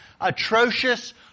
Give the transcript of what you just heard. atrocious